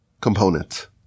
component